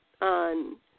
on